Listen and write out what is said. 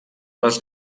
les